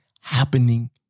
happening